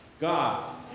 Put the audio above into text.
God